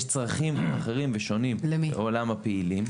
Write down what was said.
יש צרכים אחרים ושונים בעולם הפעילים.